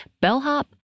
bellhop